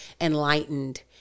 enlightened